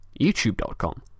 youtube.com